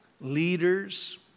leaders